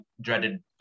dreaded